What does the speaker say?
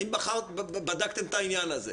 האם בדקתם את העניין הזה?